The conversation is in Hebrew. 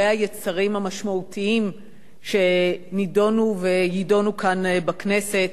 היצרים המשמעותיים שנדונו ויידונו כאן בכנסת.